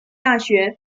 大学